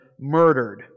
murdered